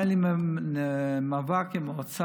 היה לי מאבק עם האוצר,